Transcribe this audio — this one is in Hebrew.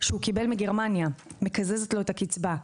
שהוא קיבל מגרמניה, מקזזת לו את הקצבה.